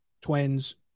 Twins